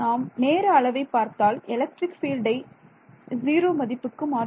நாம் நேர அளவை பார்த்தால் எலக்ட்ரிக் பீல்டை நாம் ஜீரோ மதிப்புக்கு மாற்றுகிறோம்